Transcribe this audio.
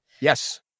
Yes